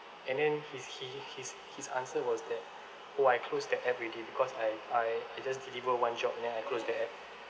and then his he his his answer was that oh I closed that app already because I I I just deliver one job then I close the app